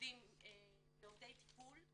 לעובדי טיפול.